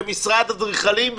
ומשרד אדריכלים?